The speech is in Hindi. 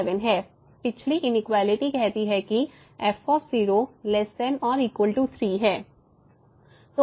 पिछली इनइक्वेलिटी कहती है कि f ≤3 है